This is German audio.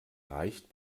reicht